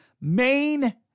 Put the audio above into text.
main